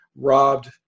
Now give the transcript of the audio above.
robbed